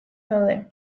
daude